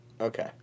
okay